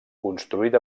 construït